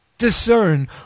Discern